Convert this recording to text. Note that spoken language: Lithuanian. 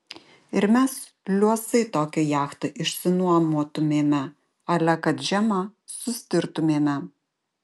ir mes liuosai tokią jachtą išsinuomotumėme ale kad žiema sustirtumėme